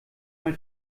mal